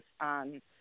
on